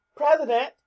president